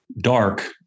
dark